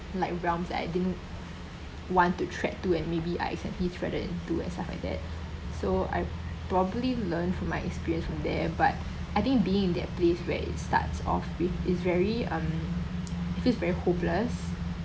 like realms that I didn't want to tread to and maybe I accidentally treaded into and stuff like that so I probably learned from my experience from there but I think being in that place where it starts off it's very um I feel it's very hopeless